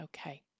okay